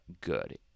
good